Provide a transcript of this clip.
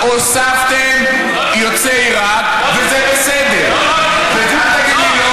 הוספתם יוצאי עיראק, וזה בסדר, לא הוסיפו.